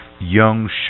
young